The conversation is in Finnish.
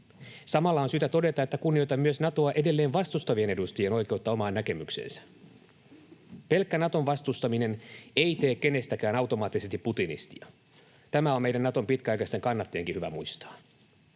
Samalla on syytä todeta, että kunnioitan myös Natoa edelleen vastustavien edustajien oikeutta omaan näkemykseensä. Pelkkä Naton vastustaminen ei tee kenestäkään automaattisesti putinistia. Tämä on meidän Naton pitkäaikaisten kannattajienkin hyvä muistaa.